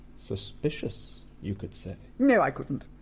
suspicious, you could say? no i couldn't.